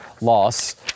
loss